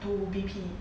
do B_P